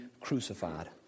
crucified